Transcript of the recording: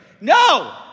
No